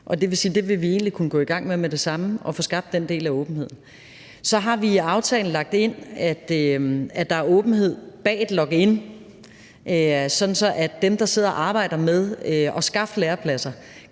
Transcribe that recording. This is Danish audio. det samme ville kunne gå i gang med at få skabt den del af åbenheden. Så har vi i aftalen lagt ind, at der er åbenhed bag et login, sådan at dem, der sidder og arbejder med at skaffe lærepladser,